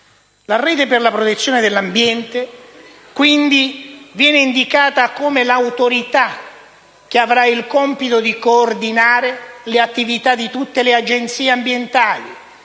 La rete per la protezione dell'ambiente, quindi, viene indicata come l'autorità che avrà il compito di coordinare le attività di tutte le Agenzie ambientali,